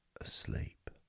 Asleep